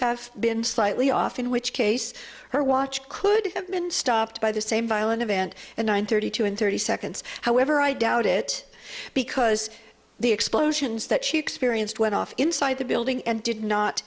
have been slightly off in which case her watch could have been stopped by the same violent event and one thirty two and thirty seconds however i doubt it because the explosions that she experienced went off inside the building and did